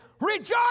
rejoice